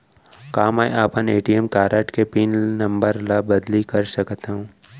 का मैं अपन ए.टी.एम कारड के पिन नम्बर ल बदली कर सकथव?